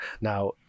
Now